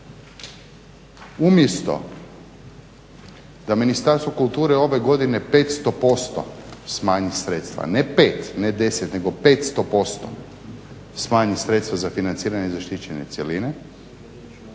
Umjesto da Ministarstvo kulture ove godine 500% smanji sredstva, ne 5, ne 10 nego 500% smanji sredstva za financiranje zaštićene cjeline.